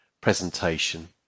presentation